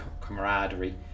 camaraderie